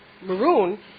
maroon